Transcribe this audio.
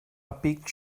abbiegt